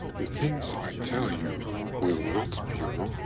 the things i tell you will not be wrong.